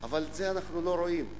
אבל את זה אנחנו לא רואים.